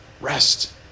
Rest